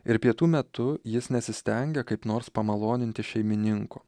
ir pietų metu jis nesistengia kaip nors pamaloninti šeimininko